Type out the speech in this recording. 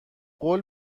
قول